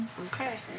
Okay